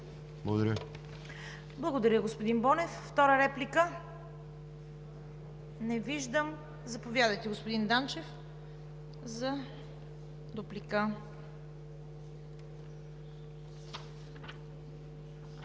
КАРАЯНЧЕВА: Благодаря, господин Бонев. Втора реплика? Не виждам. Заповядайте, господин Данчев, за дуплика.